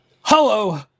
Hello